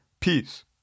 peace